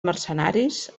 mercenaris